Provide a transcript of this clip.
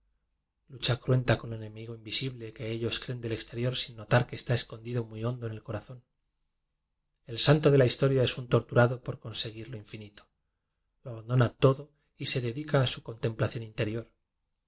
el enemigo invisible que ellos creen del exterior sin notar que está escondido muy hondo en el corazón el santo de la historia es un torturado por con seguir lo infinito lo abandona todo y se dedica a su contemplación interior